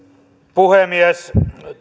puhemies